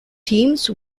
teams